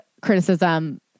criticism